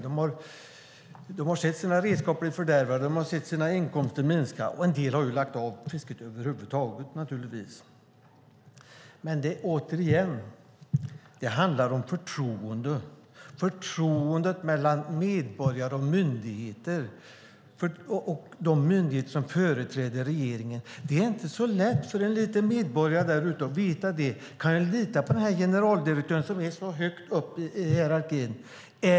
De har sett sina redskap bli fördärvade. De har sett sina inkomster minska. En del har lagt av med fisket över huvud taget naturligtvis. Återigen: Det handlar om förtroende, förtroendet mellan medborgare och myndigheter, de myndigheter som företräder regeringen. Det är inte så lätt för en liten medborgare där ute att veta hur det är. Kan jag lita på den här generaldirektören som är så högt upp i hierarkin?